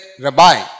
Rabbi